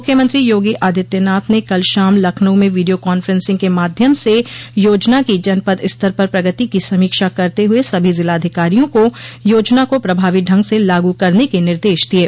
मुख्यमंत्री योगी आदित्यनाथ ने कल शाम लखनऊ में वीडियो कांफ्रेंसिंग के माध्यम से योजना की जनपद स्तर पर प्रगति की समीक्षा करते हुए सभी जिलाधिकारियों को याजना को प्रभावी ढंग से लागू करने के निर्देश दिये